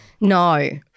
No